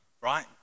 Right